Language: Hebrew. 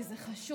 כי זה חשוב,